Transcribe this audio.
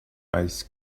ice